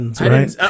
right